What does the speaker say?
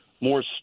more